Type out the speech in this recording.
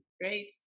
great